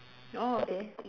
oh okay